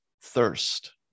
thirst